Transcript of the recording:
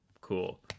Cool